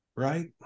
Right